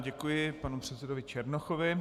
Děkuji panu předsedovi Černochovi.